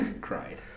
Cried